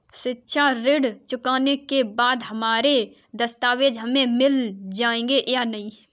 शिक्षा ऋण चुकाने के बाद हमारे दस्तावेज हमें मिल जाएंगे या नहीं?